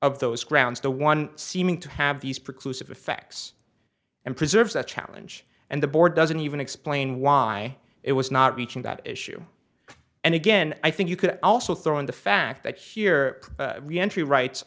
of those grounds to one seeming to have these precludes effects and preserves that challenge and the board doesn't even explain why it was not reaching that issue and again i think you could also throw in the fact